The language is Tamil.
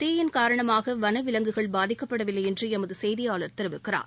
தீயின் காரணமாக வனவிலங்குகள் பாதிக்கப்படவில்லை என்று எமது செய்தியாளர் இந்த தெரிவிக்கிறார்